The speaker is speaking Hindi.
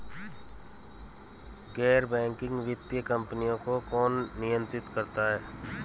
गैर बैंकिंग वित्तीय कंपनियों को कौन नियंत्रित करता है?